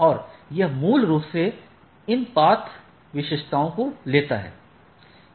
और यह मूल रूप से इन पथ विशेषताओं को लेता है